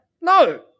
no